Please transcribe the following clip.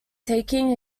taking